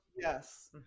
Yes